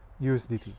USDT